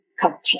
culture